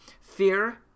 fear